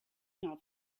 not